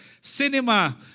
cinema